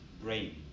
brain